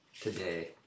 today